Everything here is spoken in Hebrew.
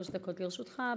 תודה רבה, חבר הכנסת מקלב.